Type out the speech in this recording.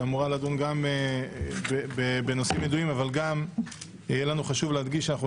שאמורה לדון גם בנושאים ידועים אבל גם יהיה לנו חשוב להדגיש שאנחנו